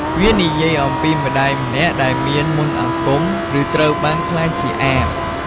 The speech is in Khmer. វានិយាយអំពីម្តាយម្នាក់ដែលមានមន្តអាគម ឬត្រូវបានក្លាយជាអាប។